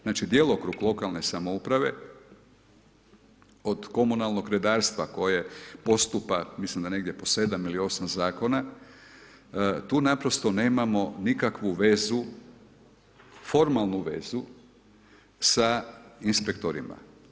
Znači djelokrug lokalne samouprave od komunalnog redarstva koje postupa, mislim da negdje po 7 ili 8 zakona, tu naprosto nemamo nikakvu vezu, formalnu vezu sa inspektorima.